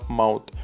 mouth